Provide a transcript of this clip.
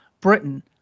Britain